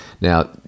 Now